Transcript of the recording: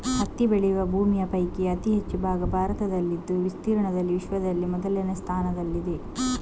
ಹತ್ತಿ ಬೆಳೆಯುವ ಭೂಮಿಯ ಪೈಕಿ ಅತಿ ಹೆಚ್ಚು ಭಾಗ ಭಾರತದಲ್ಲಿದ್ದು ವಿಸ್ತೀರ್ಣದಲ್ಲಿ ವಿಶ್ವದಲ್ಲಿ ಮೊದಲ ಸ್ಥಾನದಲ್ಲಿದೆ